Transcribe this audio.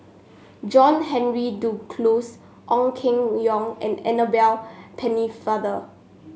John Henry Duclos Ong Keng Yong and Annabel Pennefather